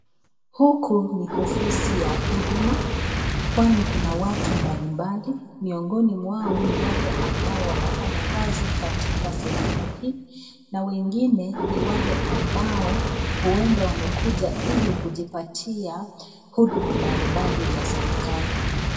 Huku ni ofisi ya huduma kwani kuna watu mbalimbali miongoni mwao ni wale wanafanya kazi katika sehemu hii, na mwingine ni wale ambao uenda wamekuja hili kujipatia huduma mbalimbali za serekali.